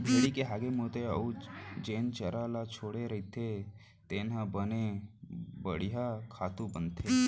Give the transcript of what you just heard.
भेड़ी के हागे मूते अउ जेन चारा ल छोड़े रथें तेन ह बने बड़िहा खातू बनथे